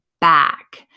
back